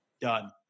Done